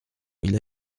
ile